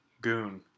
Goon